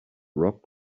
rock